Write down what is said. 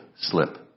slip